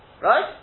Right